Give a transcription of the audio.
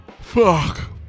fuck